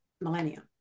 millennia